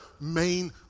main